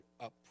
up